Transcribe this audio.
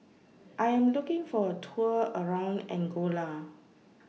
I Am looking For A Tour around Angola